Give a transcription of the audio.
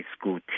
school